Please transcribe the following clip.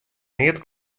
neat